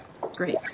Great